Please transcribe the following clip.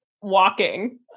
walking